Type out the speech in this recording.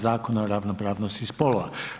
Zakona o ravnopravnosti spolova.